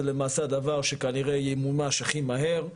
זה למעשה הדבר שכנראה ימומש הכי מהר,